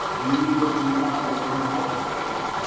and we use this when we talk to environmental professionals.